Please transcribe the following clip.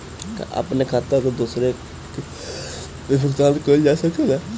का अपने खाता से दूसरे के भी भुगतान कइल जा सके ला?